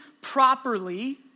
properly